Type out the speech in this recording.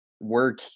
work